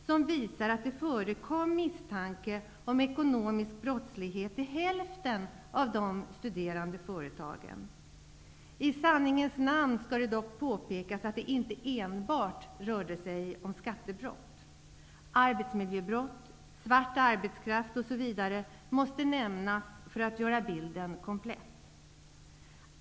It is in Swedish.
Den visar att det förekom misstanke om ekonomisk brottslighet i hälften av de studerade företagen. I sanningens namn skall det dock påpekas att det inte enbart rörde sig om skattebrott. Arbetsmiljöbrott, svart arbetskraft osv. måste nämnas för att göra bilden komplett.